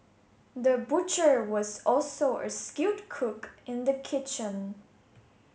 the butcher was also a skilled cook in the kitchen